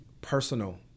personal